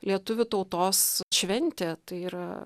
lietuvių tautos šventė tai yra